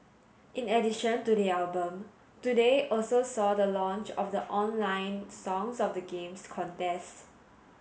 in addition to the album today also saw the launch of the online Songs of the Games contest